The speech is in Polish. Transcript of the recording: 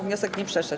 Wniosek nie przeszedł.